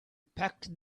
packed